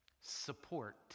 support